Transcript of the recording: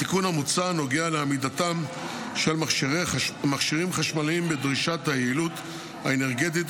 התיקון המוצע נוגע לעמידתם של מכשירים חשמליים בדרישת היעילות האנרגטית,